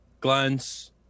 glance